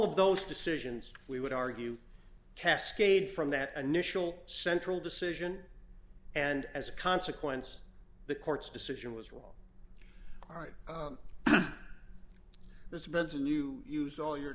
of those decisions we would argue kaskade from that initial central decision and as a consequence the court's decision was wrong or right there's been some you used all your